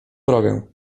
drogę